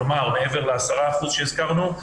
כלומר מעבר ל-10% שהזכרנו,